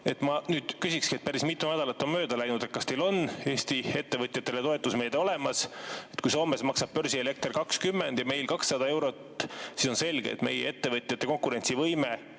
nüüd küsikski: päris mitu nädalat on mööda läinud – kas teil on Eesti ettevõtjatele toetusmeede olemas? Kui Soomes maksab börsielekter 20 ja meil 200 eurot, siis on selge, et meie ettevõtjate konkurentsivõime